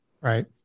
Right